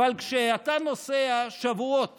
אבל כשאתה נוסע שבועות